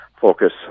focus